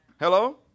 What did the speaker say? Hello